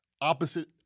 Opposite